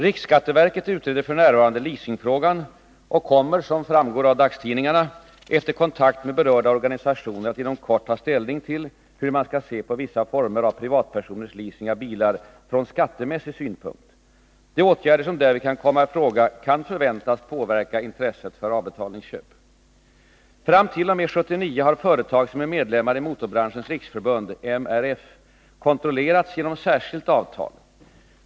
Riksskatteverket utreder f. n. leasingfrågan och kommer, som framgår av dagstidningarna, efter kontakt med berörda organisationer att inom kort ta ställning till hur man skall se på vissa former av privatpersoners leasing av bilar från skattemässig synpunkt. De åtgärder som därvid kan komma i fråga kan förväntas påverka intresset för avbetalningsköp. Fram t.o.m. 1979 har företag som är medlemmar i Motorbranschens riksförbund, MRF, kontrollerats genom särskilt avtal.